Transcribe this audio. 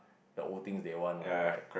the old things they want what right